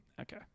Okay